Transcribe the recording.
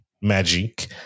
Magic